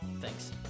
Thanks